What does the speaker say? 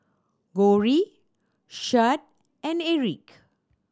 Cory Shad and Erik